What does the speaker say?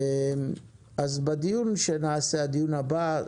אז בדיון שנעשה, בדיון הבא,